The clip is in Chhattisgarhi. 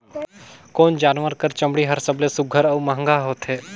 कोन जानवर कर चमड़ी हर सबले सुघ्घर और महंगा होथे?